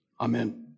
Amen